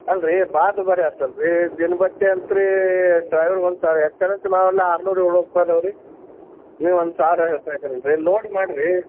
ಅಲ್ರೀ ಅದು ಭಾಳ ದುಬಾರಿ ಆತು ಅಲ್ರಿ ದಿನ ಭತ್ತೆ ಅಂತಿರಿ ಡ್ರೈವರ್ಗೆ ಒಂದು ಸಾವಿರ ನಾವೆಲ್ಲ ಆರುನೂರು ಏಳ್ನೂರು ರೂಪಾಯಿ ಇದಾವೆ ರೀ ನೀವು ಒಂದು ಸಾವಿರ ಹೇಳ್ತಾ ಇದಿರಲ್ರಿ ಅಲ್ರಿ ನೋಡಿ ಮಾಡಿರಿ